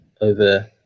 over